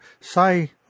say